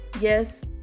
yes